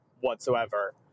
whatsoever